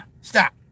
Stop